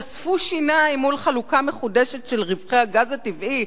חשפו שיניים מול חלוקה מחודשת של רווחי הגז הטבעי.